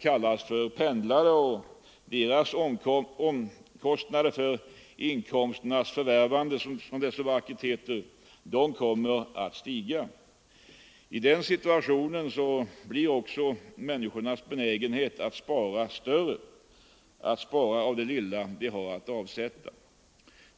kallas pendlare, och deras omkostnader för inkomsternas förvärvande, som det så vackert heter, kommer att stiga. I den situationen blir också människornas benägenhet att spara större — att spara av det lilla vi har att avsätta.